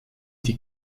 die